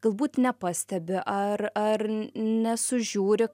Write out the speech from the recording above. galbūt nepastebi ar ar nesužiūri